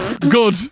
Good